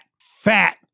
fat